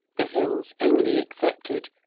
the hills only excepted,